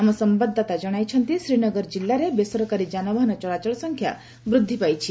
ଆମ ସମ୍ଭାଦଦାତା ଜଣାଇଛନ୍ତି ଶ୍ରୀନଗର ଜିଲ୍ଲାରେ ବେସରକାରୀ ଯାନବାହାନ ଚଳାଚଳ ସଂଖ୍ୟା ବୃଦ୍ଧି ପାଇଛି